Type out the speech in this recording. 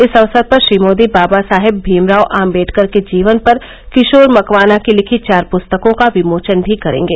इस अवसर पर श्री मोदी बाबा साहेब भीमराव आम्बेडकर के जीवन पर किशोर मकवाना की लिखी चार पुस्तकों का विमोचन भी करेंगे